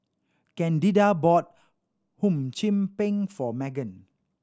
Candida bought Hum Chim Peng for Meaghan